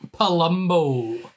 Palumbo